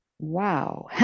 Wow